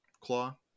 claw